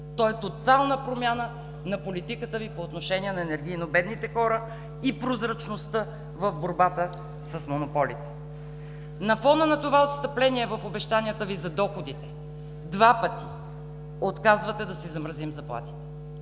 То е тотална промяна на политиката Ви по отношение на енергийно бедните хора и прозрачността в борбата с монополите. На фона на това отстъпление в обещанията Ви за доходите, два пъти отказвате да си замразим заплатите.